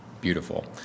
beautiful